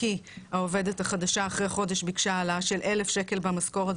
כי העובדת החדשה אחרי חודש ביקשה העלה של 1,000 שקל במשכורת,